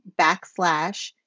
backslash